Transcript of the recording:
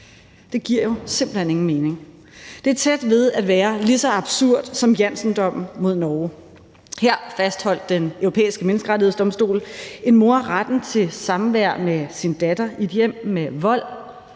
Det giver jo simpelt hen ingen mening. Det er tæt på at være lige så absurd som Jansendommen mod Norge. Her fastholdt Den Europæiske Menneskerettighedsdomstol, at en mor havde ret til samvær med sin datter i et hjem med vold,